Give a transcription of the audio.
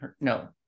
no